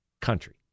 country